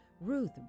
Ruth